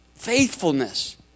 faithfulness